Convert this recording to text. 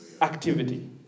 activity